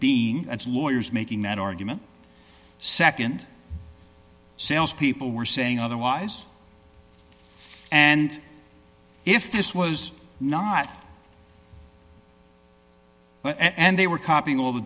being as lawyers making that argument nd sales people were saying otherwise and if this was not and they were copying